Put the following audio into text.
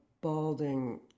balding